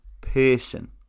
person